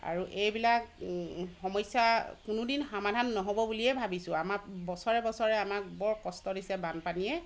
আৰু এইবিলাক সমস্যা কোনো দিন সমাধান নহ'ব বুলিয়েই ভাবিছোঁ আমাক বছৰে বছৰে আমাক বৰ কষ্ট দিছে বানপানীয়ে